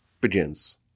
begins